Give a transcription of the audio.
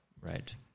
right